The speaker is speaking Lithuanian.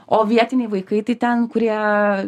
o vietiniai vaikai tai ten kurie